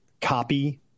copy